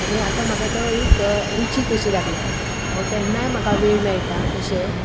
आनी आतां म्हाका तो एक रूची कशी लागल्या हांव केन्नाय म्हाका वेळ मेळटा तशें